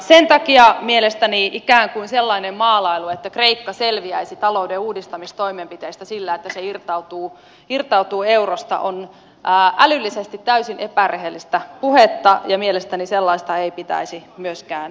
sen takia mielestäni ikään kuin sellainen maalailu että kreikka selviäisi talouden uudistamistoimenpiteistä sillä että se irtautuu eurosta on älyllisesti täysin epärehellistä puhetta ja mielestäni sellaista ei pitäisi myöskään jaella